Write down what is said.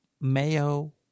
Mayo